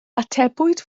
atebwyd